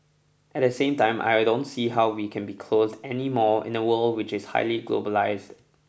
at the same time I will don't see how we can be closed anymore in a world which is highly globalised